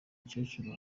mukecuru